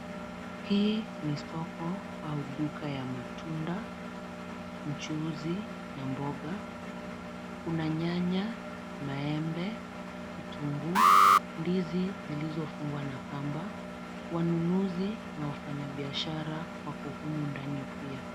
Hii ni soko au duka ya matunda, mchuuzi na mboga. Kuna nyanya, maembe, kitunguu, ndizi zilizofungwa na kamba, wanunuzi na wafanyabiashara wako humu ndani pia.